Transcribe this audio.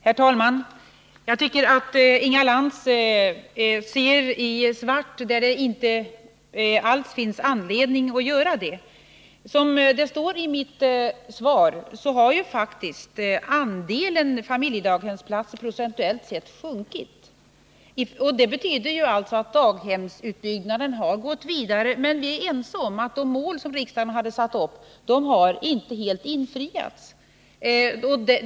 Herr talman! Inga Lantz ser i svart där det inte alls finns anledning att göra detta. Som det står i mitt svar har faktiskt andelen familjedaghemsplatser procentuellt sett sjunkit. Det betyder att daghemsutbyggnaden har gått vidare. Men vi är ense om att de mål som riksdagen har satt upp för denna utbyggnad inte helt har nåtts.